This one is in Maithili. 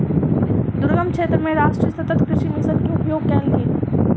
दुर्गम क्षेत्र मे राष्ट्रीय सतत कृषि मिशन के उपयोग कयल गेल